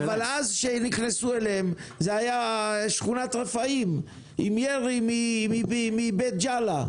אבל כשנכנסו אליהם זה היה שכונת רפאים עם ירי מבית ג'אלה.